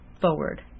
forward